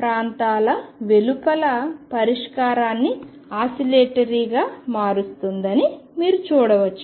ప్రాంతాల వెలుపల పరిష్కారాన్ని ఆసిలేటరీగా మారుస్తుందని మీరు చూడవచ్చు